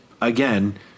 Again